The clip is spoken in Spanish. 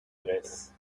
tres